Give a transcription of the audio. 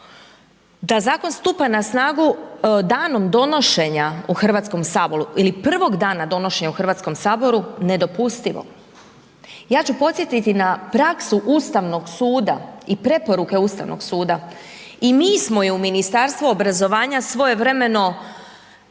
Da zakon stupa na snagu danom donošenja u Hrvatskom saboru ili prvog dana donošenja u Hrvatskom saboru. Nedopustivo. Ja ću podsjetiti na praksu Ustavnog suda i preporuke Ustavnog suda i mi smo je u Ministarstvu obrazovanja svojevremeno